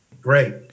Great